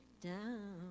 down